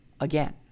again